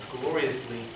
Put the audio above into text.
gloriously